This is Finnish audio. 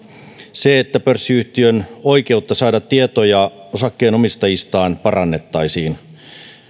se että pörssiyhtiön oikeutta saada tietoja osakkeenomistajistaan parannettaisiin